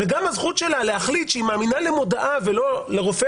וגם הזכות שלה להחליט שהיא מאמינה למודעה ולא לרופא